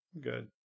Good